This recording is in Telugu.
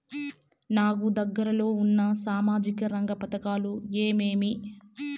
నాకు దగ్గర లో ఉన్న సామాజిక రంగ పథకాలు ఏమేమీ?